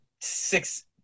six